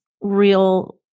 real